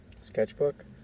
sketchbook